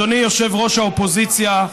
אדוני יושב-ראש האופוזיציה,